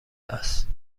است